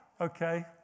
Okay